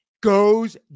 goes